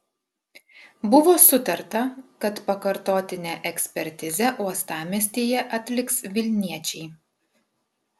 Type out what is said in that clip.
buvo sutarta kad pakartotinę ekspertizę uostamiestyje atliks vilniečiai